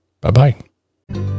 Bye-bye